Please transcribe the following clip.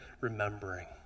Remembering